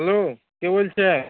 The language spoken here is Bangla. হ্যালো কে বলছেন